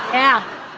yeah.